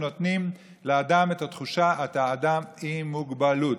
שנותנים לאדם את התחושה: אתה אדם עם מוגבלות.